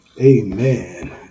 Amen